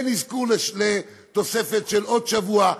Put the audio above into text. אין אזכור לתוספת של עוד שבוע,